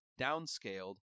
downscaled